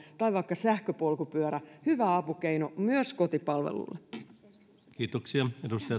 tai vaikka sähköpolkupyörä olisi taajama alueella hyvä apukeino myös kotipalvelulle